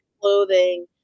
clothing